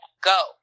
Go